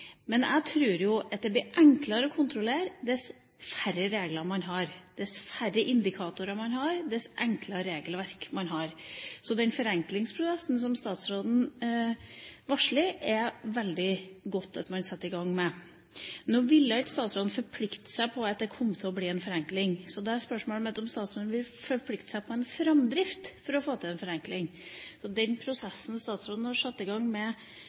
jo at det blir enklere å kontrollere dess færre regler man har, dess færre indikatorer man har, dess enklere regelverk man har. Så den forenklingsprosessen som statsråden varsler, er det veldig godt at man setter i gang med. Nå ville ikke statsråden forplikte seg på at det kom til å bli en forenkling. Da er spørsmålet mitt om statsråden vil forplikte seg på en framdrift for å få til en forenkling. Til den prosessen statsråden har satt i gang med